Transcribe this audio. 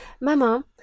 mama